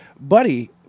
Buddy